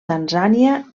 tanzània